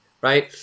Right